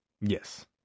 Yes